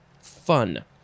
Fun